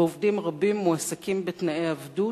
ועובדים רבים מועסקים בתנאי עבדות.